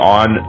on